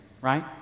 right